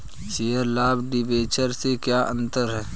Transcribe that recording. Share तथा debenture में क्या अंतर है?